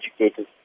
educated